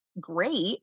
great